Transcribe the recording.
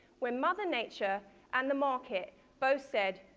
when mother nature and the market both said,